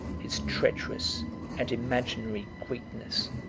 his treacherous and imaginary greatness.